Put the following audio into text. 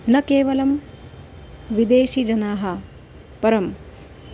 न केवलं विदेशिजनाः परम्